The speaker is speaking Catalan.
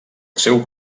seu